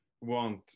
want